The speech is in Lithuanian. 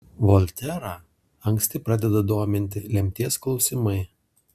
volterą anksti pradeda dominti lemties klausimai